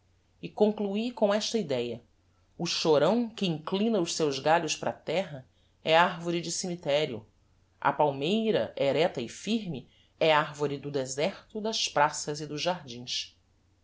e conclui com esta idéa o chorão que inclina os seus galhos para a terra é arvore de cemiterio a palmeira erecta e firme é arvore do deserto das praças e dos jardins